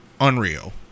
unreal